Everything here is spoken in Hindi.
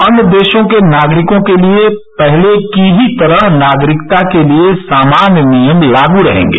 अन्य देशों के नागरिकों के लिए पहले की ही तरह नागरिकता के लिए सामान्य नियम लागू होंगे